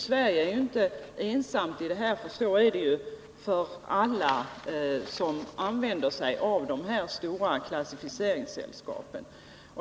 Sverige är ju inte ensamt, frågan berör alla som använder sig av dessa stora klassificeringssällskap.